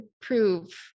prove